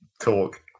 talk